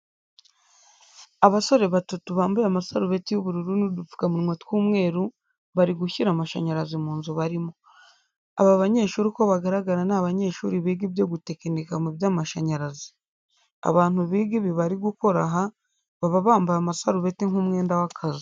Abasore batatu bambaye amasarubeti y'ubururu n'udupfukamunwa tw'umweru, bari gushyira amashanyarazi mu nzu barimo. Aba banyeshuri uko bagaragara ni abanyeshuri biga ibyo gutekenika mu by'amashinyarazi. Abantu biga ibi bari gukora aha baba bambaye amasarubeti nk'umwenda w'akazi.